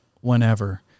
whenever